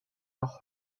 noch